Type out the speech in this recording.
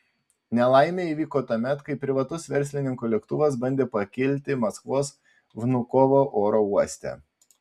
nelaimė įvyko tuomet kai privatus verslininko lėktuvas bandė pakilti maskvos vnukovo oro uoste